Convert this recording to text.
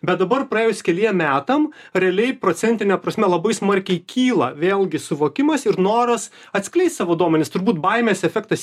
bet dabar praėjus keliem metam realiai procentine prasme labai smarkiai kyla vėlgi suvokimas ir noras atskleist savo duomenis turbūt baimės efektas